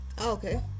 Okay